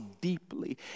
deeply